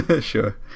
Sure